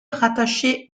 rattachées